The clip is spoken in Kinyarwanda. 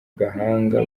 gahanga